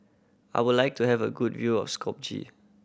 I would like to have a good view of Skopje